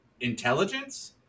Intelligence